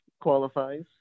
qualifies